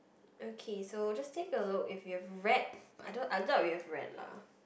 okay so just take a look if you've read I doubt I doubt you have read lah